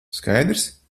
skaidrs